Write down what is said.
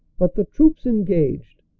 but the troops engaged,